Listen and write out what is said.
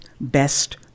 best